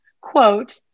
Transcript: quote